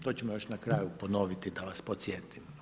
To ćemo još na kraju ponoviti da vas podsjetim.